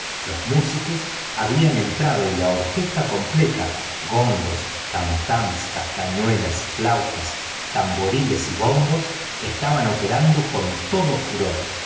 los músicos habían entrado y la orquesta completa gongos tam tams castañuelas flautas tamboriles y bombos estaban operando con todo furor